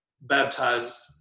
baptized